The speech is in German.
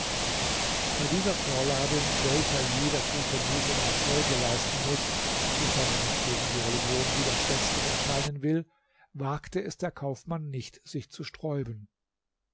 bei dieser vorladung welcher jeder gute muselmann folge leisten muß sofern er nicht gegen die religion widerspenstig erscheinen will wagte es der kaufmann nicht sich zu sträuben